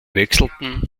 wechselten